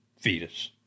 fetus